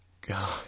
God